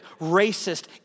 racist